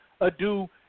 ado